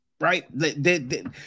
Right